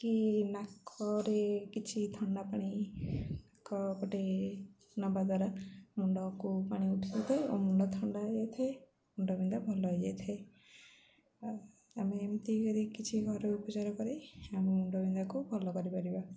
କି ନାକରେ କିଛି ଥଣ୍ଡା ପାଣି ନାକ ପଟେ ନବା ଦ୍ୱାରା ମୁଣ୍ଡକୁ ପାଣି ଉଠି ଯାଇଥାଏ ଓ ମୁଣ୍ଡ ଥଣ୍ଡା ହେଇଯାଇ ଥାଏ ମୁଣ୍ଡ ବିନ୍ଧା ଭଲ ହେଇଯାଇ ଥାଏ ଆମେ ଏମିତି କରି କିଛି ଘରୋଇ ଉପଚାର କରି ଆମେ ମୁଣ୍ଡ ବିନ୍ଧାକୁ ଭଲ କରିପାରିବା